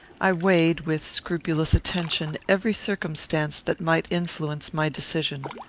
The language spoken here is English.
i weighed, with scrupulous attention, every circumstance that might influence my decision.